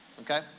Okay